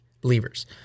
believers